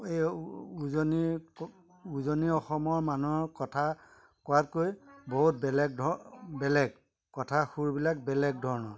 এই উজনিৰ উজনি অসমৰ মানুহৰ কথা কোৱাতকৈ বহুত বেলেগ বেলেগ কথা সুৰবিলাক বেলেগ ধৰণৰ